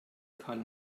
karl